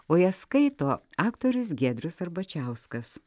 o jas skaito aktorius giedrius arbačiauskas